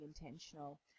intentional